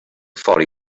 follow